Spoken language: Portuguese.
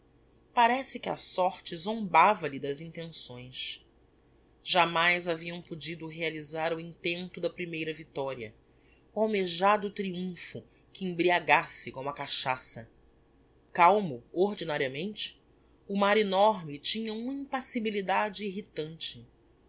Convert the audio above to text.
parece que a sorte zombava lhes das intenções jamais haviam podido realizar o intento da primeira victoria o almejado triumpho que embriagasse como a cachaça calmo ordinariamente o mar enorme tinha uma impassibilidade irritante